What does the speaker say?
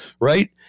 right